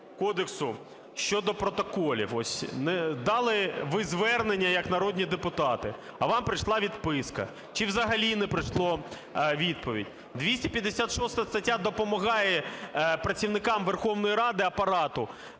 кодексу щодо протоколів. Ось дали ви звернення як народні депутати, а вам прийшла відписка чи взагалі не прийшла відповідь. 256 стаття допомагає працівникам Верховної Ради, Апарату,